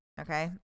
okay